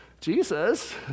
Jesus